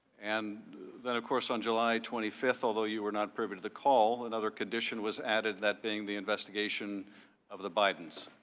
and of course on july twenty fifth, although you were not privy to the call, another condition was added. that being the investigation of the bidens.